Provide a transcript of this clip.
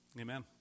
Amen